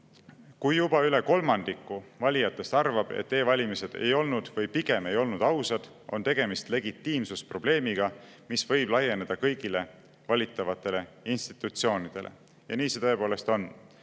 Kui juba üle kolmandiku valijatest arvab, et e-valimised ei olnud või pigem ei olnud ausad, siis on tegemist legitiimsusprobleemiga, mis võib laieneda kõigile valitavatele institutsioonidele. Ja nii see tõepoolest on.